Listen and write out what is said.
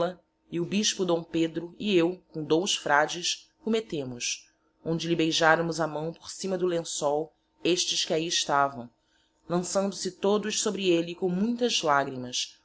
e o bispo d pedro e eu com dous frades o metemos onde lhe beijáraõ a maõ por sima do lençol estes que ahi estavaõ lançando-se todos sobre elle com muitas lagrimas